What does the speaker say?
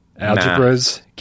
algebras